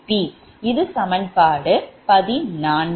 இது சமன்பாடு14